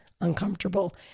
uncomfortable